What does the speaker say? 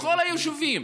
בכל היישובים